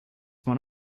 one